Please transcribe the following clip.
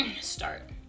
Start